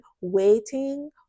waiting